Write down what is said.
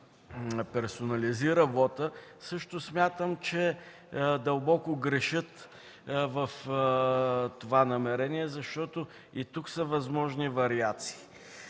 персонализира вота, също смятам, че дълбоко грешат в това намерение, защото и тук са възможни вариации.